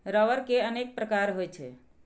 रबड़ के अनेक प्रकार होइ छै